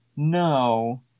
No